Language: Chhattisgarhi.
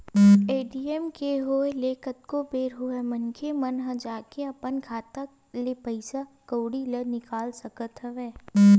ए.टी.एम के होय ले कतको बेर होय मनखे मन ह जाके अपन खाता ले पइसा कउड़ी ल निकाल सकत हवय